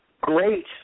great